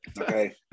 Okay